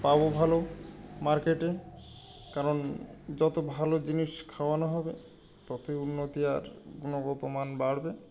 পাব ভালো মার্কেটে কারণ যত ভালো জিনিস খাওয়ানো হবে ততই উন্নতি আর গুণগত মান বাড়বে